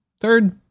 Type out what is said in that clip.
third